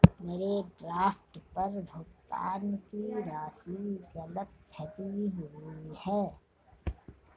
मेरे ड्राफ्ट पर भुगतान की राशि गलत छपी हुई है